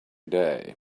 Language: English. day